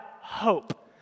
hope